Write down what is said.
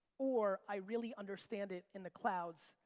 or i really understand it in the clouds,